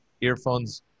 earphones